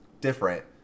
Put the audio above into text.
different